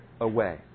away